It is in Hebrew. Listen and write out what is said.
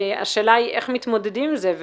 השאלה היא איך מתמודדים עם זה.